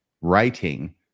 writing